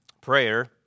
Prayer